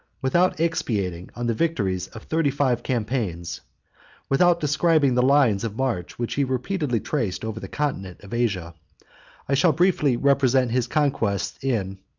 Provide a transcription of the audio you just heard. without expatiating on the victories of thirty-five campaigns without describing the lines of march, which he repeatedly traced over the continent of asia i shall briefly represent his conquests in,